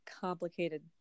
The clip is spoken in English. complicated